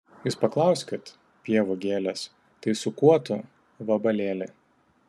jūs paklauskit pievų gėlės tai su kuo tu vabalėli